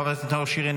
חבר הכנסת נאור שירי,